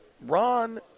Ron